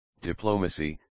Diplomacy